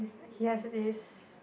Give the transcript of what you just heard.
he has this